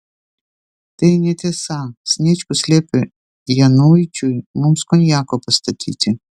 tai netiesa sniečkus liepė januičiui mums konjako pastatyti